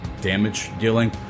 damage-dealing